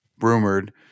rumored